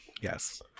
Yes